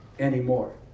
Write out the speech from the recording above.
anymore